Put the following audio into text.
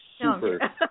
Super